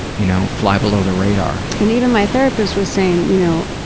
you know. fly below the radar. and even my therapist was saying, you know,